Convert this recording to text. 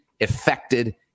affected